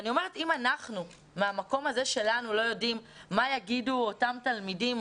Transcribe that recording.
אני אומרת שאם אנחנו מהמקום הזה שלנו לא יודעים מה יגידו אותם תלמידים,